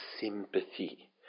sympathy